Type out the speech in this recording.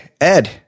Ed